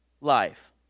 life